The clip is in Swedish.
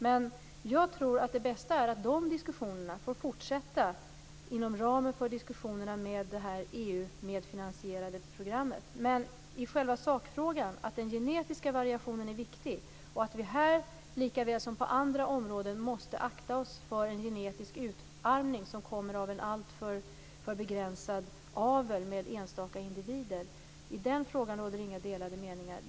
Men jag tror att det bästa är att dessa diskussioner får fortsätta inom ramen för diskussionerna med detta EU medfinansierade programmet. Men i själva sakfrågan, att den genetiska variationen är viktig och att vi här lika väl som på andra områden måste akta oss för en genetisk utarmning som beror på en alltför begränsad avel med enstaka individer, råder det inga delar meningar.